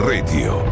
Radio